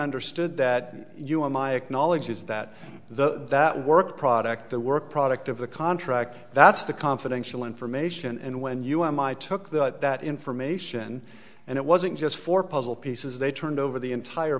understood that you are my acknowledges that the that work product the work product of the contract that's the confidential information and when you am i took that that information and it wasn't just for puzzle pieces they turned over the entire